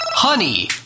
Honey